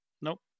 Nope